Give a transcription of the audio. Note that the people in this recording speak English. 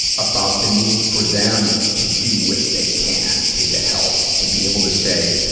about the need for them to do what they can to get help. to be able to say,